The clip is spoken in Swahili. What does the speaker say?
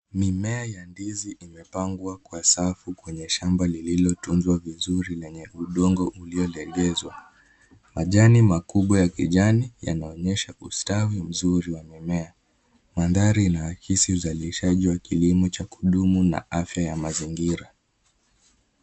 Mimea ya ndizi imepangwa kwa safu, kwenye shamba lililotunzwa vizuri na lenye udongo ulio legezwa. Majani makubwa ya kijani yanaonyesha ustawi mzuri wa mimea. Mandhari inaakisi uzalishaji wa kilimo cha kudumu na afya ya mazingira.